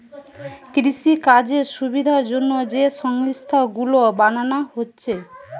কৃষিকাজের সুবিধার জন্যে যে সংস্থা গুলো বানানা হচ্ছে